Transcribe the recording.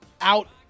out